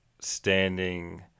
standing